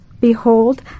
Behold